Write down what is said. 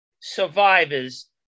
survivors